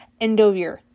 Endovir